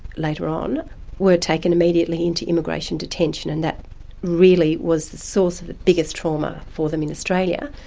later on were taken immediately into immigration detention, and that really was the source of the biggest trauma for them in australia.